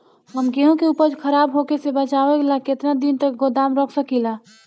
हम गेहूं के उपज खराब होखे से बचाव ला केतना दिन तक गोदाम रख सकी ला?